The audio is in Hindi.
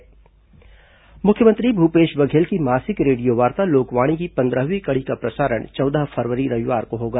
लोकवाणी मुख्यमंत्री भूपेश बघेल की मासिक रेडियोवार्ता लोकवाणी की पंद्रहवीं कड़ी का प्रसारण चौदह फरवरी रविवार को होगा